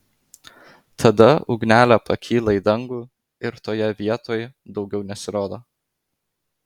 tada ugnelė pakyla į dangų ir toje vietoj daugiau nesirodo